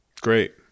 great